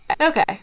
Okay